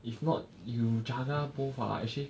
if not you jagar both ah actually